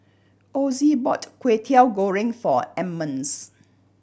Ozie bought Kwetiau Goreng for Emmons